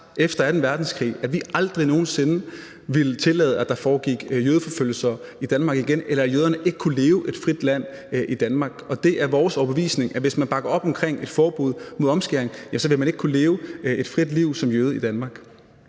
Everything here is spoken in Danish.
efter anden verdenskrig sagt, at vi aldrig nogen sinde vil tillade, at der foregår jødeforfølgelser i Danmark igen, eller at jøderne ikke kan leve et frit liv i Danmark, og det er vores overbevisning, at hvis man bakker op om et forbud mod omskæring, vil man ikke kunne leve et frit liv som jøde i Danmark.